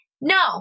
no